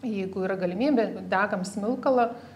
jeigu yra galimybė degam smilkalą